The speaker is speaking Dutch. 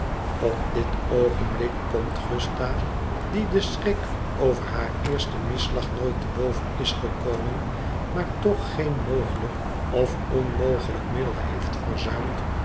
op dit oogenblik komt gusta die den schrik over haar eersten misslag nooit te boven is gekomen maar toch geen mogelijk of onmogelijk middel heeft